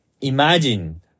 imagine